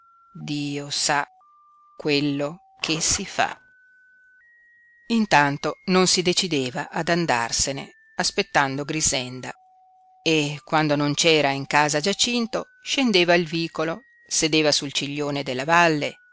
dio sa quello che si fa intanto non si decideva ad andarsene aspettando grixenda e quando non c'era in casa giacinto scendeva il vicolo sedeva sul ciglione della valle